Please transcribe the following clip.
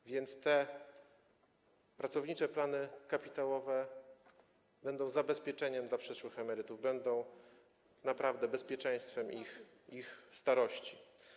A więc te pracownicze plany kapitałowe będą zabezpieczeniem dla przyszłych emerytów, będą naprawdę bezpieczeństwem ich starości.